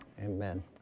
Amen